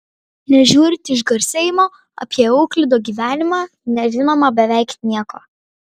nežiūrint išgarsėjimo apie euklido gyvenimą nežinoma beveik nieko